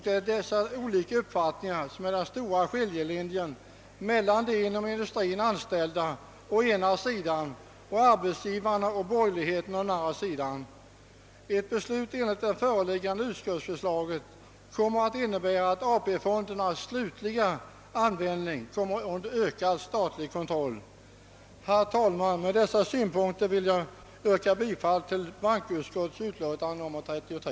Det är dessa olika uppfattningar som är den stora skiljelinjen mellan de inom industrin anställda å ena sidan och arbetsgivarna och borgerligheten å den andra sidan. Ett beslut enligt det föreliggande utskottsförslaget kommer att innebära att AP-fondernas slutliga användning kommer under ökad statlig kontroll. Herr talman! Med dessa synpunkter ber jag att få yrka bifall till utskottets hemställan i dess utlåtande nr 33.